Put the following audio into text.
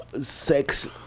sex